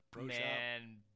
Man –